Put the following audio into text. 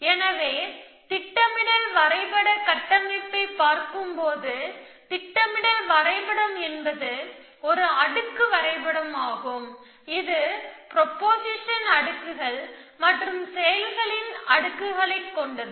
எனவே திட்டமிடல் வரைபட கட்டமைப்பைப் பார்க்கும்போது திட்டமிடல் வரைபடம் என்பது ஒரு அடுக்கு வரைபடமாகும் இது ப்ரொபொசிஷன் அடுக்குகள் மற்றும் செயல்களின் அடிப்படையில் அடுக்குகளைக் கொண்டது